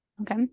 Okay